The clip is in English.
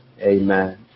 Amen